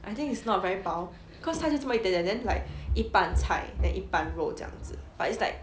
I think it's not very 饱 cause 他就那么一点点 then like 一半菜 then 一半肉这样子 but it's like